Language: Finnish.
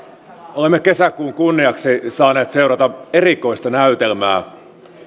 olemme kesäkuun kunniaksi saaneet seurata erikoista näytelmää